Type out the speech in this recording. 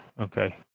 okay